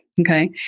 Okay